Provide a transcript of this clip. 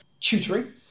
tutoring